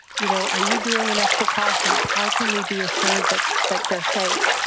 you know, are you doing enough precautions? how can we be assured that that they're safe?